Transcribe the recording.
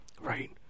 Right